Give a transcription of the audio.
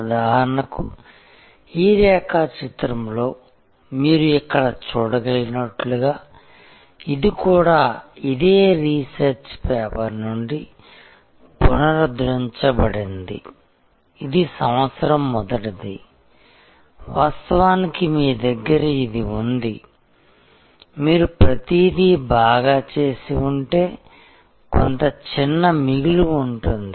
ఉదాహరణకు ఈ రేఖాచిత్రంలో మీరు ఇక్కడ చూడగలిగినట్లుగా ఇది కూడా ఇదే రీసెర్చ్ పేపర్ నుండి పునర్ముద్రించబడింది ఇది సంవత్సరం మొదటిది వాస్తవానికి మీ దగ్గర ఇది ఉంది మీరు ప్రతిదీ బాగా చేసి ఉంటే కొంత చిన్న మిగులు ఉంటుంది